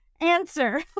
answer